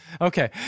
Okay